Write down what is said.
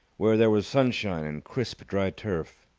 where there was sunshine and crisp dry turf.